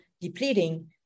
depleting